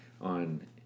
on